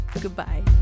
goodbye